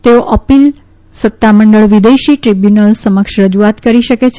તેઓ અપીલ સત્તામંડળ વિદેશી ટ્રીબ્યુનલ સમક્ષ રજૂઆત કરી શકે છે